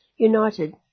united